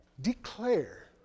declare